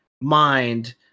mind